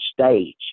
stage